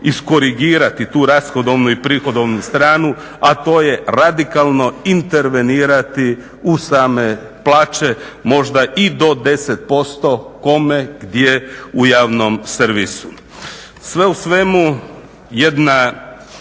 iskorigirati tu rashodovnu i prihodovnu stranu, a to je radikalno intervenirati u same plaće, možda i do 10%. Kome, gdje? U javnom servisu. Sve u svemu jedna